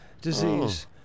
disease